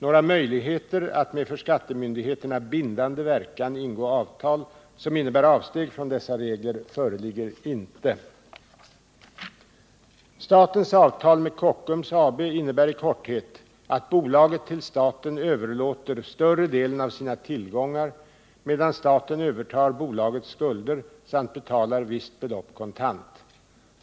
Några möjligheter att med för skattemyndigheterna bindande verkan ingå avtal, som innebär avsteg från dessa regler, föreligger inte. Statens avtal med Kockums AB innebär i korthet att bolaget till staten överlåter större delen av sina tillgångar medan staten övertar bolagets skulder samt betalar visst belopp kontant.